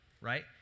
right